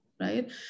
right